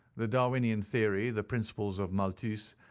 the darwinian theory, the principles of malthus,